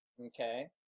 Okay